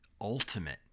ultimate